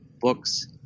books